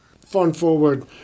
fun-forward